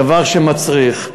דבר שצריך.